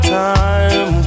time